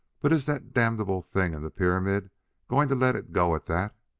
but is that damnable thing in the pyramid going to let it go at that?